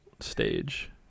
stage